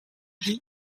dih